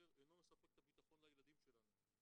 אינו מספק את הביטחון לילדים שלנו?